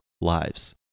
lives